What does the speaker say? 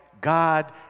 God